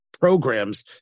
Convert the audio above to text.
programs